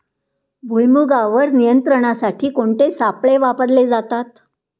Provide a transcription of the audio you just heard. भुईमुगावर नियंत्रणासाठी कोणते सापळे वापरले जातात?